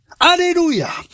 hallelujah